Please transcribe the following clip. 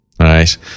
Right